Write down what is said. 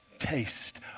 taste